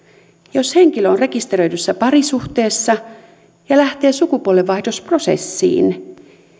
jos henkilö on rekisteröidyssä parisuhteessa ja lähtee sukupuolenvaihdosprosessiin